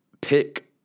pick